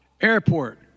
airport